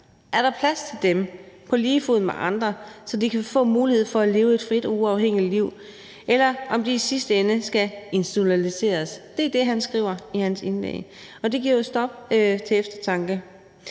Er der plads til dem på lige fod med andre, så de kan få mulighed for at leve et frit og uafhængigt liv, eller skal de i sidste ende institutionaliseres? Det er det, han skriver i sit indlæg, og det giver jo stof til eftertanke.